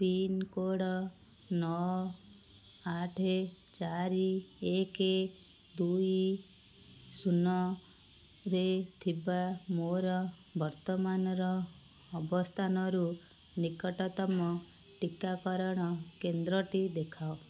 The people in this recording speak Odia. ପିନ୍କୋଡ଼ ନଅ ଆଠ ଚାରି ଏକ ଦୁଇ ଶୂନରେ ଥିବା ମୋର ବର୍ତ୍ତମାନର ଅବସ୍ଥାନରୁ ନିକଟତମ ଟିକାକରଣ କେନ୍ଦ୍ରଟି ଦେଖାଅ